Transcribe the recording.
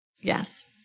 Yes